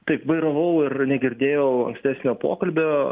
taip vairavau ir negirdėjau ankstesnio pokalbio